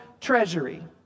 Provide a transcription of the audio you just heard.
treasury